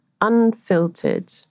unfiltered